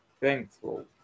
thankful